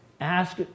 Ask